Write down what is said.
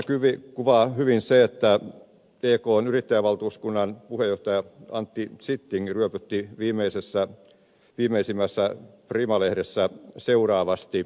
tilannetta kuvaa hyvin se että ekn yrittäjävaltuuskunnan puheenjohtaja antti zitting ryöpytti viimeisimmässä prima lehdessä seuraavasti